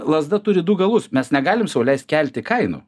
lazda turi du galus mes negalim sau leist kelti kainų